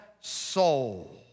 soul